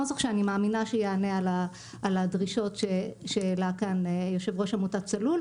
נוסח שאני מאמינה שיענה על הדרישות שהעלה כאן יושב-ראש עמותת "צלול",